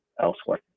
elsewhere